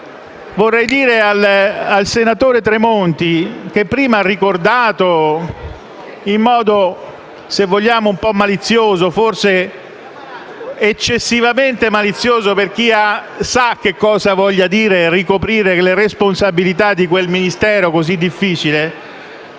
Vorrei rivolgermi al senatore Tremonti che prima ha ricordato in modo un po' malizioso (forse eccessivamente malizioso per chi sa che cosa voglia dire ricoprire le responsabilità di quel Ministero così difficile)